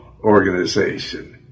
organization